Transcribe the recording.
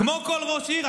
כמו כל ראש עיר,